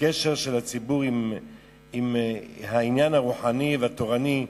הקשר של הציבור עם העניין הרוחני והתורני,